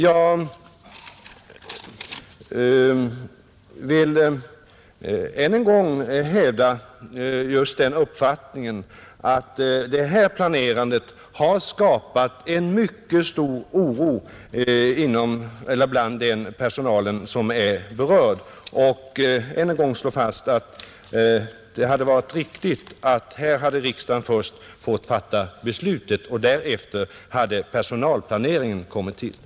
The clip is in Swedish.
Jag vill än en gång hävda just den uppfattningen att det här planerandet har skapat en mycket stor oro bland den personal som är berörd, Jag vill återigen slå fast att det hade varit riktigt att riksdagen först hade fått fatta beslutet och att personalplaneringen hade kommit därefter.